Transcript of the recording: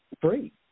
free